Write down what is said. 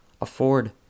afford